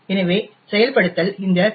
எனவே செயல்படுத்தல் இந்த பி